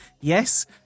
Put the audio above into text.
yes